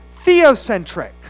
theocentric